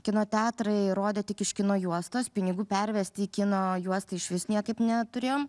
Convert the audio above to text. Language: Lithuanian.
kino teatrai rodė tik iš kino juostos pinigų pervesti į kino juostą išvis niekaip neturėjom